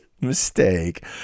mistake